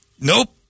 Nope